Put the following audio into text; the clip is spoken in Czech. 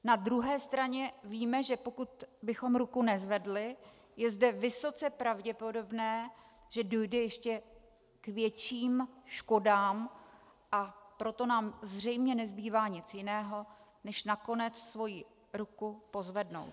Na druhé straně víme, že pokud bychom ruku nezvedli, je zde vysoce pravděpodobné, že dojde ještě k větším škodám, a proto nám zřejmě nezbývá nic jiného, než nakonec svoji ruku pozvednout.